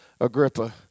Agrippa